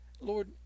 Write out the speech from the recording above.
lord